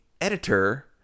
editor